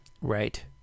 Right